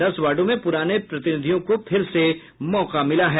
दस वार्डो में पुराने प्रतिनिधियों को फिर से मौका मिला है